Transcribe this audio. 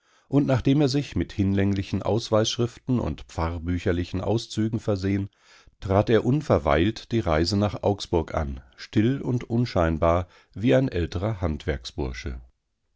und nachdem er sich mit hinlänglichen ausweisschriften und pfarrbücherlichen auszügen versehen trat er unverweilt die reise nach augsburg an still und unscheinbar wie ein älterer handwerksbursche